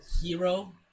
hero